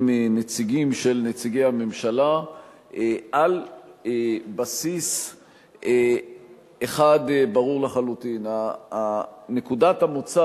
נציגים של הממשלה על בסיס אחד ברור לחלוטין: נקודת המוצא